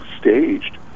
staged